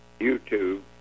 YouTube